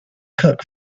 cook